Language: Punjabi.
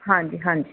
ਹਾਂਜੀ ਹਾਂਜੀ